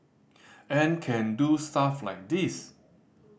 and can do stuff like this